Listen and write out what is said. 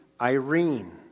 irene